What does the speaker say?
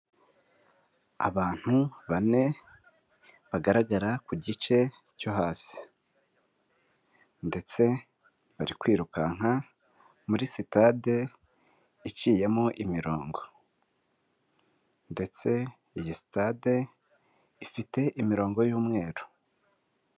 Abantu bane bagaragara ku gice cyo hasi ndetse bari kwirukanka muri sitade iciyemo imirongo ndetse iyi sitade ifite imirongo y'umweru.